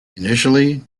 initially